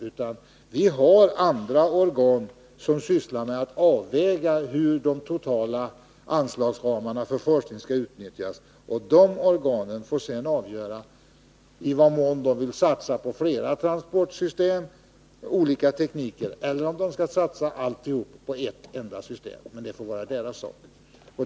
Nej, vi har andra organ som sysslar med att avväga hur de totala anslagsramarna för forskning skall utnyttjas, och de organen får sedan avgöra i vad mån de vill satsa på flera transportsystem — olika tekniker — eller om de skall satsa alltihop på ett enda system. Men det får vara deras sak.